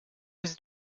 was